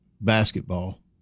basketball